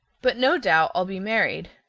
but no doubt i'll be married.